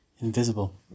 invisible